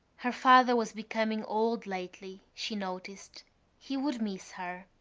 her father was becoming old lately, she noticed he would miss her.